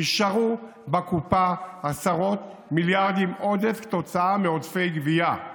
נשארו בקופה עשרות מיליארדים עודף כתוצאה מעודפי גבייה,